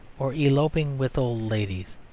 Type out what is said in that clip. or eloping with old ladies.